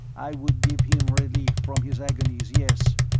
i would give him relief from his agonies, yes.